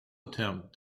attempt